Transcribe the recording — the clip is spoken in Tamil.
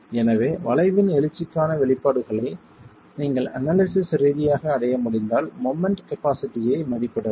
எனவே வளைவின் எழுச்சிக்கான வெளிப்பாடுகளை நீங்கள் அனாலிசிஸ் ரீதியாக அடைய முடிந்தால் மொமெண்ட் கபாஸிட்டியை மதிப்பிடலாம்